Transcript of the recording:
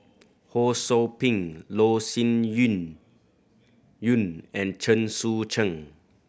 Ho Sou Ping Loh Sin Yun Yun and Chen Sucheng